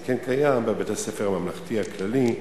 זה כן קיים בבתי-הספר הממלכתיים הכלליים.